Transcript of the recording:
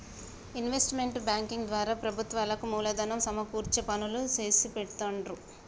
investment banking ద్వారా ప్రభుత్వాలకు మూలధనం సమకూర్చే పనులు చేసిపెడుతుండ్రు